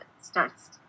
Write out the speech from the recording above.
starts